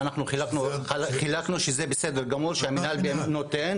ואנחנו חילקנו שזה בסדר גמור שהמנהל נותן,